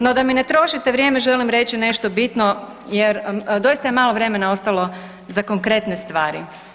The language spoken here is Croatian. No da mi ne trošite vrijeme želim reći nešto bitno jer doista je malo vremena ostalo za konkretne stvari.